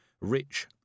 rich